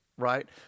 right